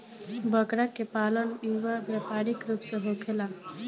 बकरा के पालन इहवा व्यापारिक रूप से होखेला